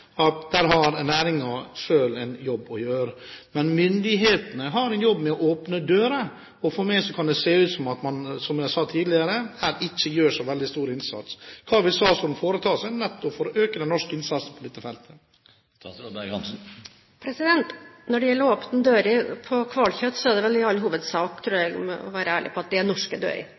at her har næringen selv en jobb å gjøre. Men myndighetene har en jobb å gjøre for å åpne dører. Som jeg sa tidligere: For meg kan det her se ut som om man ikke gjør så veldig stor innsats. Hva vil statsråden foreta seg nettopp for å øke den norske innsatsen på dette feltet? Når det gjelder å åpne dører, er vel det – tror jeg, for å være ærlig – i all hovedsak norske dører. Hovedmarkedet for norsk hvalkjøtt er det norske